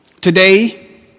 Today